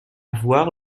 voir